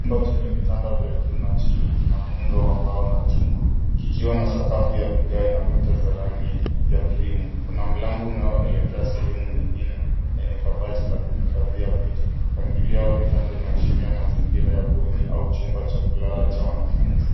Chumba chenye vitanda vya juu na chini, kina muundo wa mbao na chuma, likiwa na sakafu ya vigae na kuta zenye rangi ya krimu. Kuna mlango unaoelekea sehemu nyingine yenye kabati ya kuhifadhia vitu. Mpangilio wa vitanda unaashiria mazingira ya bweni au chumba cha kulala cha wanafunzi.